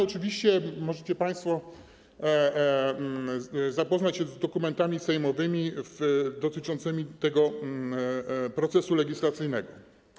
Oczywiście możecie państwo zapoznać się z dokumentami sejmowymi dotyczącymi tego procesu legislacyjnego.